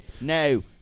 Now